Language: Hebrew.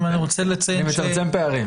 שניהם נמצאים איתנו כאן.